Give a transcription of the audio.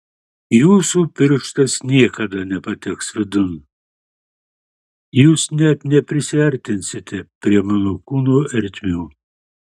jūsų pirštas niekada nepateks vidun jūs net neprisiartinsite prie mano kūno ertmių